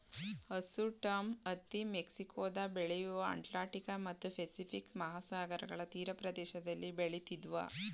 hirsutum ಹತ್ತಿ ಮೆಕ್ಸಿಕೊದ ಬೆಳೆಯು ಅಟ್ಲಾಂಟಿಕ್ ಮತ್ತು ಪೆಸಿಫಿಕ್ ಮಹಾಸಾಗರಗಳ ತೀರಪ್ರದೇಶದಲ್ಲಿ ಬೆಳಿತಿದ್ವು